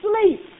sleep